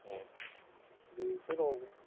ꯑꯣ ꯑꯩꯈꯣꯏꯒꯤ ꯀꯩꯅꯣꯒꯨꯝꯕ